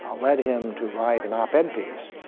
led him to write an op ed piece